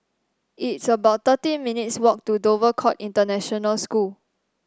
it's about thirteen minutes' walk to Dover Court International School